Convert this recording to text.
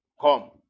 come